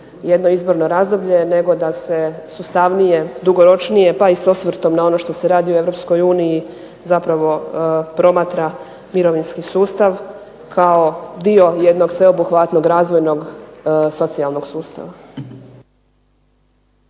izborno razdoblje nego da se sustavnije, dugoročnije pa i s osvrtom na ono što se radi u EU zapravo promatra mirovinski sustav kao dio jednog sveobuhvatnog razvojnog socijalnog sustava.